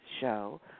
show